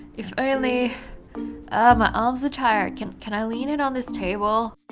if only my arms a tire can can i leave it on this table